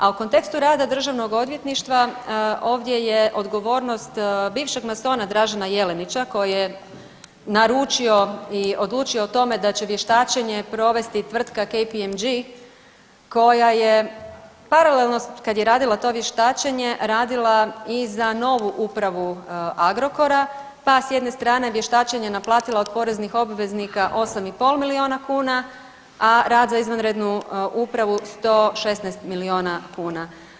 A u kontekstu rada državnog odvjetništva ovdje je odgovornost bivšeg masona Dražena Jelenića koji je naručio i odlučio o tome da će vještačenje provesti tvrtka KPMG koja je paralelno kada je radila to vještačenje radila i za novu upravu Agrokora, pa s jedne strane vještačenje naplatila od poreznih obveznika 8,5 milijuna kuna, a rad za izvanrednu upravu 116 milijuna kuna.